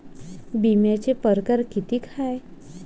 बिम्याचे परकार कितीक हाय?